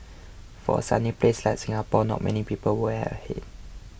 for a sunny place like Singapore not many people wear a hat